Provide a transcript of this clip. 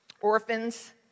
orphans